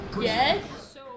Yes